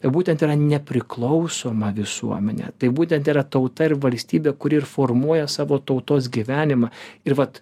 būtent yra nepriklausoma visuomenė tai būtent yra tauta ir valstybė kuri ir formuoja savo tautos gyvenimą ir vat